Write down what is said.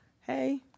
Hey